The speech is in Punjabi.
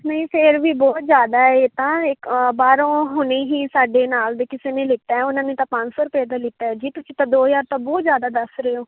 ਨਹੀਂ ਫੇਰ ਵੀ ਬਹੁਤ ਜ਼ਿਆਦਾ ਏ ਇਹ ਤਾਂ ਇੱਕ ਬਾਹਰੋਂ ਹੁਣੇ ਹੀ ਸਾਡੇ ਨਾਲ ਦੇ ਕਿਸੇ ਨੇ ਲੀਤਾ ਏ ਉਹਨਾਂ ਨੇ ਤਾਂ ਪੰਜ ਸੌ ਰੁਪਏ ਦਾ ਲਿਤਾ ਜੀ ਤੁਸੀਂ ਤਾਂ ਦੋ ਹਜ਼ਾਰ ਤਾਂ ਬਹੁਤ ਜ਼ਿਆਦਾ ਦੱਸ ਰਹੇ ਹੋ